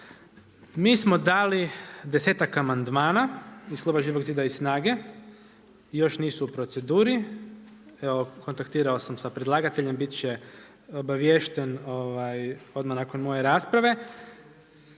Mi smo dali desetak amandmana iz kluba Živog zida i SNAGA-e, još nisu u proceduri. Evo kontaktirao sam sa predlagateljem, biti će obaviješten odmah nakon moje rasprave.